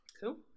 Cool